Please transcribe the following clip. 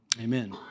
Amen